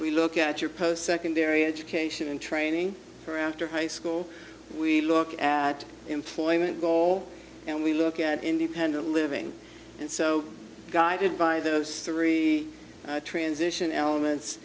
we look at your post secondary education and training for after high school we look at employment go and we look at independent living and so guided by those three transition elements